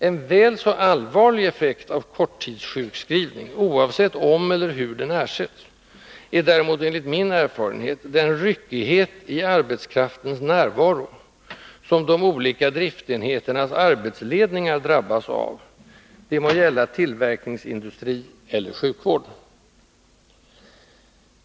En väl så allvarlig effekt av korttidssjukskrivning— oavsett om eller hur den ersätts — är däremot enligt min erfarenhet den ryckighet i arbetskraftens närvaro som de olika driftenheternas arbetsledningar drabbas av — det må gälla tillverkningsindustri eller sjukvård.